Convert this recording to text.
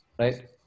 Right